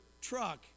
truck